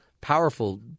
powerful